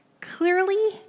Clearly